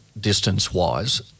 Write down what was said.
distance-wise